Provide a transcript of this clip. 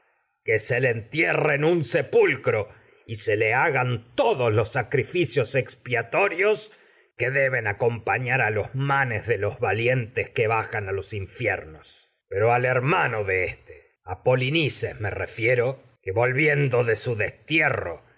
que se todos los le entierro en un expiatorios sepulcro y se le hagan que los sacrificios de los deben acompañar a manes valientes de que bajan a los infiernos me pei o al hermano su éste a polinices refiero que volviendo de la destierro